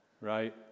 right